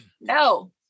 No